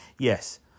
Yes